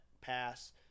pass